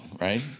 right